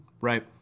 Right